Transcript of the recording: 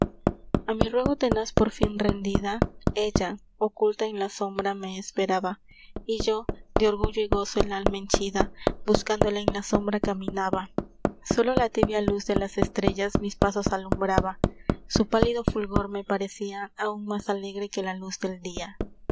a mi ruego tenaz por fin rendida ella oculta en la sombra me esperaba y yo de orgullo y gozo el alma henchida buscándola en la sombra caminaba sólo la tibia luz de las estrellas mis pasos alumbraba su pálido fulgor me parecia aún más alegre que la luz del dia